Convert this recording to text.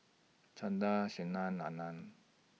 Chanda Sanal Anand